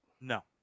No